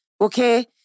okay